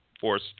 force